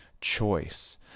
choice